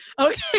okay